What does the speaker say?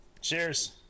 Cheers